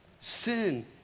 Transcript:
Sin